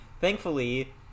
thankfully